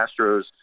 Astros